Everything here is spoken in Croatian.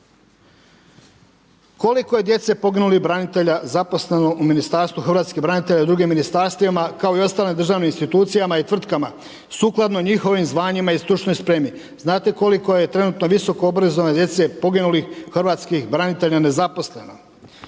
Koliko je djece poginulih branitelja zaposleno u Ministarstvu hrvatskih branitelja i u dr. ministarstvima kao i ostalim državnim institucijama i tvrtkama sukladno njihovim zvanjima i stručnoj spremi? Znate koliko je trenutno visokoobrazovane djece poginulih hrvatskih branitelja nezaposleno?